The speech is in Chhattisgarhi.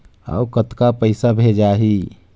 अउ कतेक पइसा भेजाही?